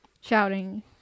shouting